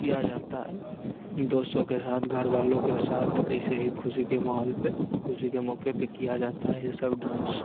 किया जाता है दोस्तों के साथ घर वालों के साथ ऐसे ही खुशी के माहौल पर खुशी के मौके पर किया जाता है ये सब डांस